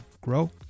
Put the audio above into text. grow